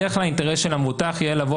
בדרך כלל האינטרס של המבוטח יהיה לבוא